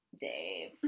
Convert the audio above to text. Dave